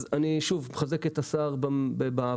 אז אני שוב מחזק את השר בעבודה.